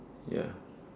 ya